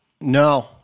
No